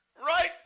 Right